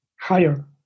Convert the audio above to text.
higher